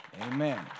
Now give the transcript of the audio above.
Amen